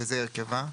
וזה הרכבה: